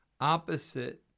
opposite